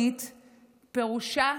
בבקשה.